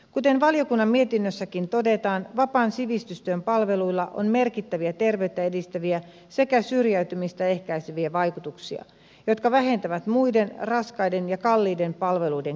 kuten valiokunnan mietinnössäkin todetaan vapaan sivistystyön palveluilla on merkittäviä terveyttä edistäviä sekä syrjäytymistä ehkäiseviä vaikutuksia jotka vähentävät muiden raskaiden ja kalliiden palveluiden käyttöä